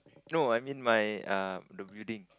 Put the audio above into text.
no I mean my um the building